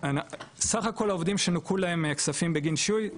סך הכל העובדים שנוכו להם כספים בגין שיהוי,